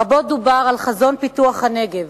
רבות דובר על חזון פיתוח הנגב,